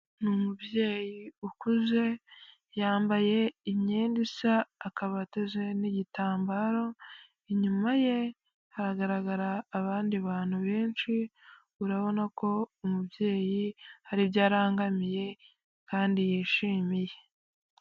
Ni umubyeyi ukuze yambaye imyenda isa akaba ateze n'igitambaro, inyuma ye hagaragara abandi bantu benshi urabona ko umubyeyi hari ibyo arangamiye kandi yishimiye.